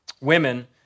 women